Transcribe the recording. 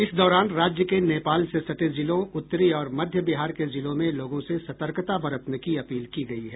इस दौरान राज्य के नेपाल से सटे जिलों उत्तरी और मध्य बिहार के जिलों में लोगों से सतर्कता बरतने की अपील की गयी है